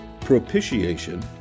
Propitiation